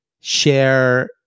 share